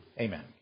Amen